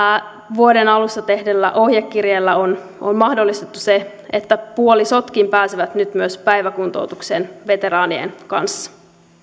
vuoden alussa tehdyllä ohjekirjalla on on mahdollistettu se että puolisotkin pääsevät nyt myös päiväkuntoutukseen veteraanien kanssa